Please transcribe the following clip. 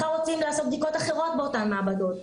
מחר רוצים לעשות בדיקות אחרות באותן מעבדות,